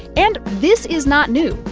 and this is not new.